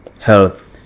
health